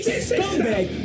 scumbag